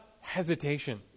hesitation